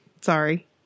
Sorry